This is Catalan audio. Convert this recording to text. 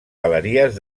galeries